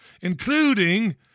including